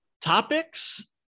topics